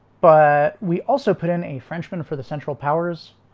but we also put in a frenchman for the central powers,